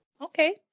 Okay